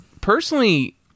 personally